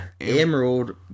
Emerald